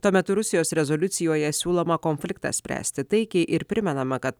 tuo metu rusijos rezoliucijoje siūloma konfliktą spręsti taikiai ir primenama kad